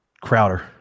crowder